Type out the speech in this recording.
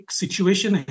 situation